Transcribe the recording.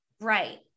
Right